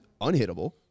unhittable